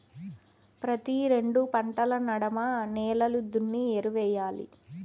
ప్రతి రెండు పంటల నడమ నేలలు దున్ని ఎరువెయ్యాలి